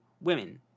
women